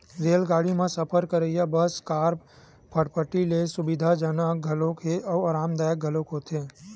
रेलगाड़ी म सफर करइ ह बस, कार, फटफटी ले सुबिधाजनक घलोक हे अउ अरामदायक घलोक होथे